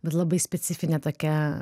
bet labai specifinė tokią